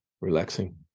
relaxing